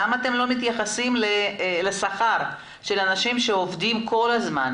למה אתם לא מתייחסים לשכר של אנשים שעובדים כל הזמן,